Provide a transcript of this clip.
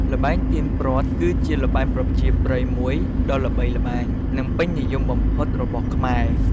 ល្បែងទាញព្រ័ត្រ គឺជាល្បែងប្រជាប្រិយមួយដ៏ល្បីល្បាញ និងពេញនិយមបំផុតរបស់ខ្មែរ។